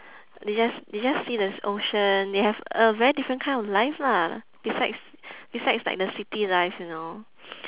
they just they just see the ocean they have a very different kind of life lah besides besides like the city life you know